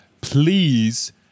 please